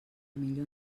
millor